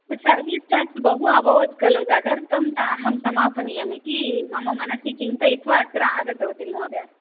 service tax बहु अभवत् खलु तदर्थं ता अहं समापनीयं इति मम मनसि चिन्तयित्वा अत्र आगतवती महोदया